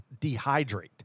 dehydrate